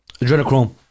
Adrenochrome